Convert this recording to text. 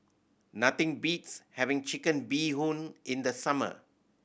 nothing beats having Chicken Bee Hoon in the summer